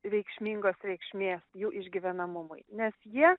reikšmingos reikšmės jų išgyvenamumui nes jie